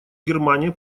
германия